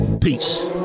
Peace